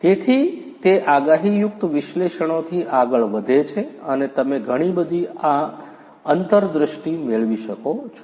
તેથી તે આગાહીયુક્ત વિશ્લેષણોથી આગળ વધે છે અને તમે ઘણી બધી અંતર્દૃષ્ટિ મેળવી શકો છો